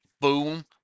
Boom